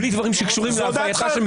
בלי דברים שקשורים --- זו דעתך.